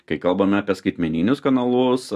kai kalbame apie skaitmeninius kanalus